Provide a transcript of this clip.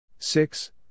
Six